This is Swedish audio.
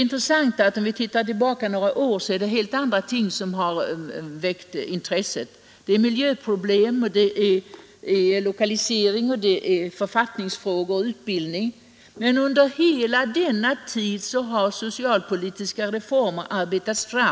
Om vi tittar tillbaka några år, finner vi att det är helt andra ting som har väckt intresse — miljöproblem, lokalisering, författningsfrågor och utbildning. Men under hela denna tid har socialpolitiska reformer arbetats fram.